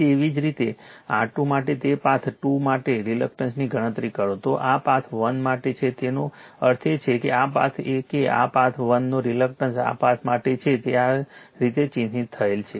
એવી જ રીતે R2 માટે જો પાથ 2 માટે રિએક્ટન્સની ગણતરી કરો તો આ પાથ 1 માટે છે તેનો અર્થ એ કે આ પાથ કે આ પાથ 1 નો રિએક્ટન્સ આ પાથ માટે છે તે આ રીતે ચિહ્નિત થયેલ છે